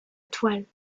toile